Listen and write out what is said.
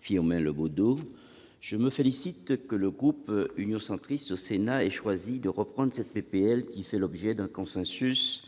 Firmin Le Bodo. Je me félicite que le groupe Union Centriste au Sénat ait choisi de reprendre le texte, qui fait l'objet d'un consensus